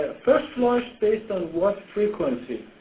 first wash based on what frequency?